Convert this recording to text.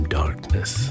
darkness